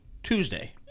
Tuesday